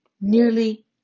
Nearly